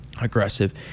aggressive